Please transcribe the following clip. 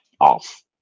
off